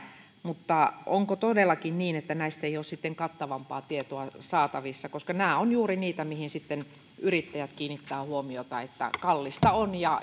mutta onko todellakin niin että näistä ei ole kattavampaa tietoa saatavissa koska nämä ovat juuri niitä mihin sitten yrittäjät kiinnittävät huomiota että kallista on